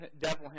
devil